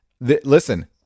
Listen